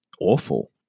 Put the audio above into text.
awful